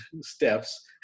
steps